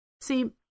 See